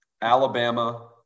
Alabama